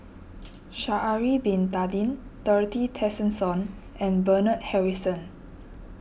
Sha'ari Bin Tadin Dorothy Tessensohn and Bernard Harrison